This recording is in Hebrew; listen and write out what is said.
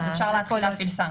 אז אפשר להתחיל להפעיל סנקציות.